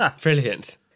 Brilliant